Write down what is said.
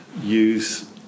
use